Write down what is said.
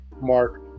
Mark